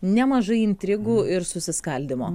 nemažai intrigų ir susiskaldymo